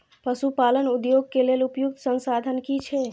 पशु पालन उद्योग के लेल उपयुक्त संसाधन की छै?